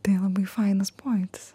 tai labai fainas pojūtis